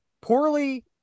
poorly